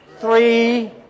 three